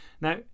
Now